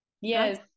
Yes